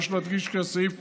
יש להדגיש כי הסעיף